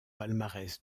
palmarès